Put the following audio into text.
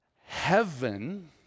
heaven